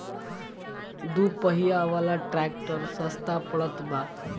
दू पहिया वाला ट्रैक्टर सस्ता पड़त बा